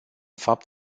fapt